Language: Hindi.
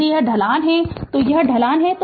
यदि यह ढलान है तो यह ढलान है